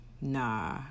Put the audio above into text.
nah